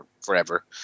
forever